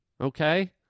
Okay